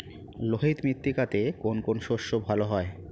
লোহিত মৃত্তিকাতে কোন কোন শস্য ভালো হয়?